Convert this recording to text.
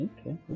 okay